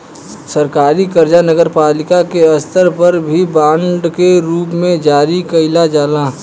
सरकारी कर्जा नगरपालिका के स्तर पर भी बांड के रूप में जारी कईल जाला